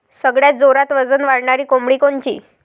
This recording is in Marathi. सगळ्यात जोरात वजन वाढणारी कोंबडी कोनची?